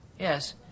Yes